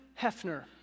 Hefner